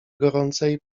gorącej